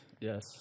yes